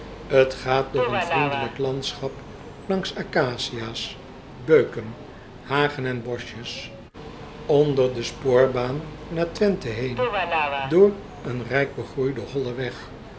t gaat door een vriendelijk landschap langs accacia's beuken hagen en boschjes onder de spoorbaan naar twenthe heen door een rijk begroeiden hollen weg